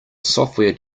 software